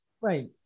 Right